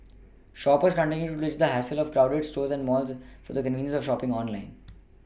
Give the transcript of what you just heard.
shoppers continue to ditch the hassle of crowded stores and malls for the convenience of shopPing online